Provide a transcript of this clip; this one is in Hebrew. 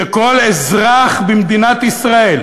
שכל אזרח במדינת ישראל,